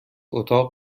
اتاق